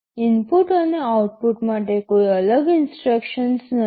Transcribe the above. input અને output માટે કોઈ અલગ ઇન્સટ્રક્શન્સ નથી